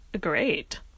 great